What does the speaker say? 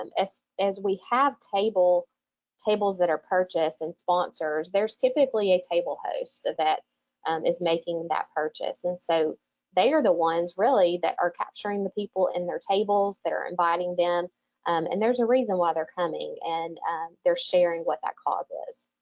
um as we have tables that are purchased and sponsored there's typically a table host that is making that purchase and so they are the ones really that are capturing the people in their tables that are inviting them um and there's a reason why they're coming and they're sharing what that cause is.